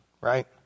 right